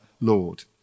Lord